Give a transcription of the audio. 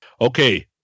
Okay